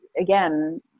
again